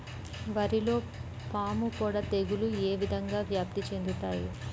వరిలో పాముపొడ తెగులు ఏ విధంగా వ్యాప్తి చెందుతాయి?